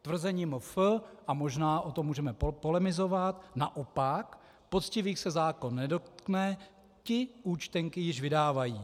Tvrzení MF, a možná o tom můžeme polemizovat: Naopak, poctivých se zákon nedotkne, ti účtenky již vydávají.